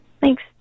Thanks